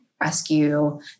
rescue